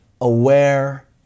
aware